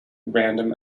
random